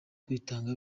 kwitanga